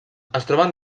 troben